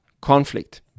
conflict